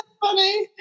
funny